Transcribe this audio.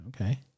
Okay